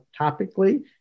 topically